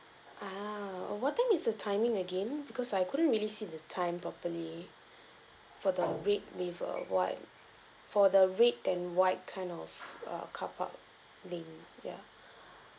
ah what time is the timing again because I couldn't really see the time properly for the red with a white for the red and white kind of uh carpark link ya